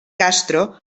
castro